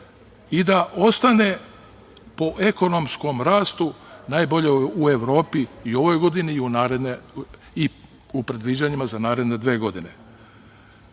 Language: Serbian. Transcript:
i da ostane po ekonomskom rastu najbolja u Evropi i u ovoj godini i u predviđanjima za naredne dve godine. Ono